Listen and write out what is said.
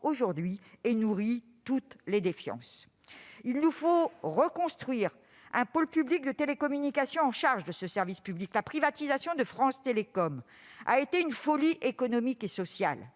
aujourd'hui et nourrit toutes les défiances. Il nous faut reconstruire un pôle public des télécommunications responsable de ce service public. La privatisation de France Télécom a été une folie économique et sociale.